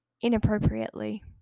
inappropriately